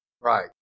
Right